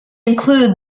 include